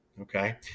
okay